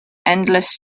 endless